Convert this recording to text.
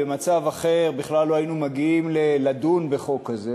במצב אחר בכלל לא היינו מגיעים לדון בחוק כזה,